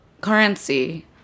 currency